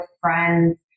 friends